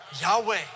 Yahweh